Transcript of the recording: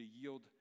yield